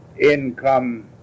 income